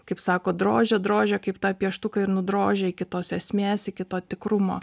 kaip sako drožia drožia kaip tą pieštuką ir nudrožia tos esmės iki to tikrumo